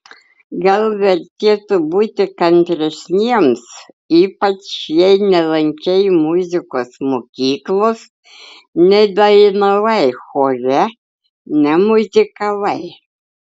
gal vertėtų būti kantresniems ypač jei nelankei muzikos mokyklos nedainavai chore nemuzikavai